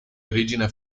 origine